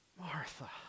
Martha